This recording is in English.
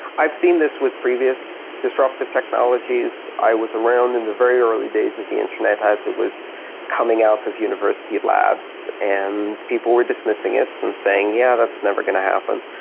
i've seen this with previous disruptive technologies. i was around in the very early days of the internet, as it was coming out of university labs, and people were dismissing it and saying, yeah, that's never going to happen.